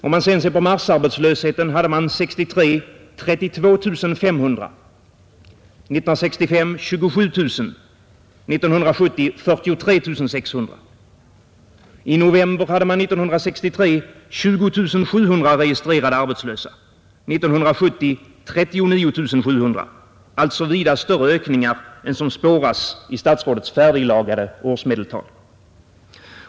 Om man sedan ser på marsarbetslösheten hade man 1963 32 500, 1965 27 000 och 1970 43 600. I november hade man 1963 20700 registrerade arbetslösa, 1970 39 700. Alltså vida större ökningar än som spåras i statsrådets färdiglagade årsmedeltal.